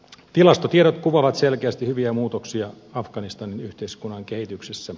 tilastotiedot kuvaavat selkeästi hyviä muutoksia afganistanin yhteiskunnan kehityksessä